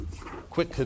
quick